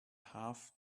half